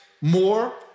more